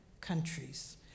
countries